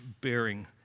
bearing